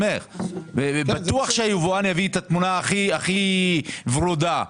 בטוח שהיבואן יביא את התמונה הכי ורודה.